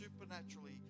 supernaturally